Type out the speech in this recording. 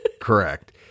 correct